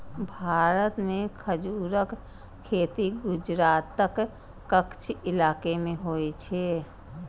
भारत मे खजूरक खेती गुजरातक कच्छ इलाका मे होइ छै